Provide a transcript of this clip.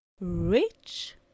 Rich